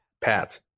Pat